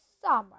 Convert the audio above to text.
summer